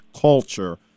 culture